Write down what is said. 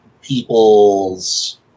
people's